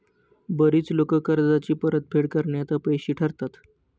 बरीच लोकं कर्जाची परतफेड करण्यात अपयशी ठरतात